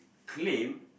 claim